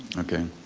okay.